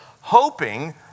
hoping